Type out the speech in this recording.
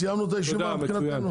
סיימנו את הישיבה מבחינתנו.